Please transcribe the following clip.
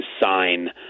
sign